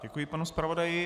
Děkuji panu zpravodaji.